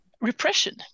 repression